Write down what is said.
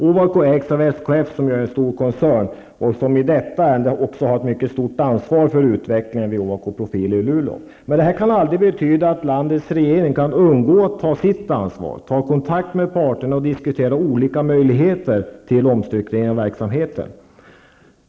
Ovako ägs av SKF, som ju är en stor koncern och som i detta ärende har ett mycket stort ansvar för utvecklingen vid Ovako Profiler i Luleå. Men det betyder inte att landets regering kan undgå att ta sitt ansvar, att ta kontakt med parterna och diskutera olika möjligheter till omstrukturering av verksamheten.